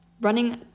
Running